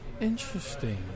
Interesting